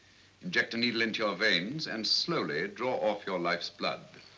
inject a needle into your veins and slowly draw off your life's blood.